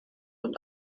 und